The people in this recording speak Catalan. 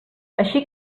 així